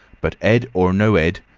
but ed or no ed,